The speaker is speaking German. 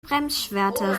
bremsschwerter